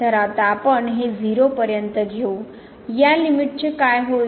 तर आता आपण हे 0 पर्यंत घेऊ या लिमिटचे काय होईल